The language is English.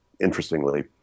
interestingly